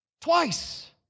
twice